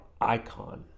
icon